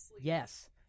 yes